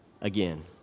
again